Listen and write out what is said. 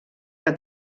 que